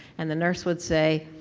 and the nurse would say,